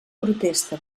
protesta